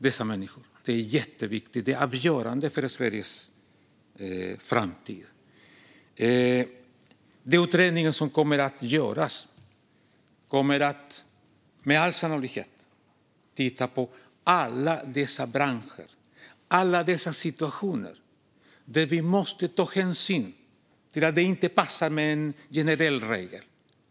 Det är jätteviktigt. Det är avgörande för Sveriges framtid. Utredningen som ska göras kommer med all sannolikhet att titta på alla branscher och situationer där man måste ta hänsyn till att det inte passar med en generell regel.